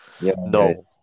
no